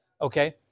Okay